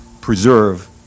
preserve